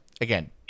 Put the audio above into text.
Again